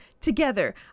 together